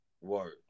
Word